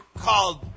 called